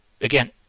again